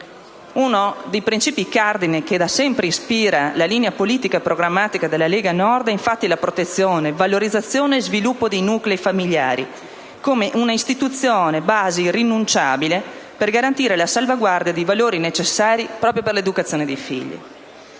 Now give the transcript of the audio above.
Uno dei principi cardine che da sempre ispira la linea politica e programmatica della Lega Nord è, infatti, la protezione, valorizzazione e sviluppo dei nuclei familiari come istituzione base irrinunciabile per garantire la salvaguardia dei valori necessari per l'educazione dei figli.